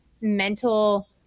mental